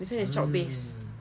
this [one] is chalk-based